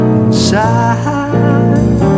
inside